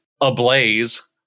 ablaze